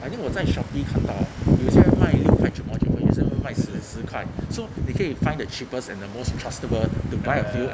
I mean 我在 Shopee 看到 ah 有些人卖六块九毛九分有些人卖四十块 so 你可以 find the cheapest and the most trustable to buy a few and sell lah